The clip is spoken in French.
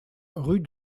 rue